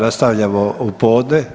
Nastavljamo u podne.